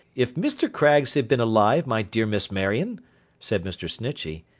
if mr. craggs had been alive, my dear miss marion said mr. snitchey,